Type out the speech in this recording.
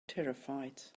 terrified